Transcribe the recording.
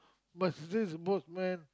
plus is just boatman